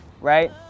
right